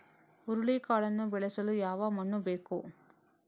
ಹುರುಳಿಕಾಳನ್ನು ಬೆಳೆಸಲು ಯಾವ ಮಣ್ಣು ಬೇಕು?